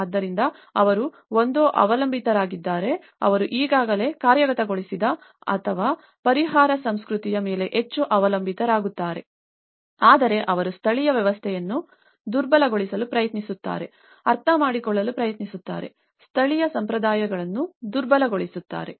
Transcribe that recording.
ಆದ್ದರಿಂದ ಅವರು ಒಂದೋ ಅವಲಂಬಿತರಾಗಿದ್ದಾರೆ ಅವರು ಈಗಾಗಲೇ ಕಾರ್ಯಗತಗೊಳಿಸಿದ ಮತ್ತು ಪರಿಹಾರ ಸಂಸ್ಕೃತಿಯ ಮೇಲೆ ಹೆಚ್ಚು ಅವಲಂಬಿತರಾಗುತ್ತಾರೆ ಆದರೆ ಅವರು ಸ್ಥಳೀಯ ವ್ಯವಸ್ಥೆಗಳನ್ನು ದುರ್ಬಲಗೊಳಿಸಲು ಪ್ರಯತ್ನಿಸುತ್ತಾರೆ ಅರ್ಥಮಾಡಿಕೊಳ್ಳಲು ಪ್ರಯತ್ನಿಸುತ್ತಾರೆ ಸ್ಥಳೀಯ ಸಂಪ್ರದಾಯಗಳನ್ನು ದುರ್ಬಲಗೊಳಿಸುತ್ತಾರೆ